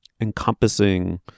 encompassing